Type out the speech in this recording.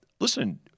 listen